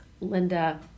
Linda